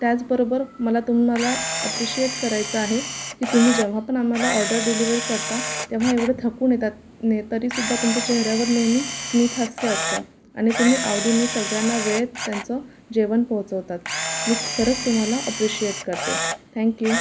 त्याचबरोबर मला तुम्हाला अप्रिशिएट करायचं आहे की तुम्ही जेव्हा पण आम्हाला ऑर्डर डिलिवर करता तेव्हा एवढं थकून येतात ते तरीसुद्धा तुमच्या चेहऱ्यावर नेहमी स्मितहास्य असतं आणि तुम्ही आवडीने सगळ्यांना वेळेत त्यांचं जेवण पोहचवतात मी खरंच तुम्हाला अप्रिशिएट करते थँक्यू